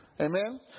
Amen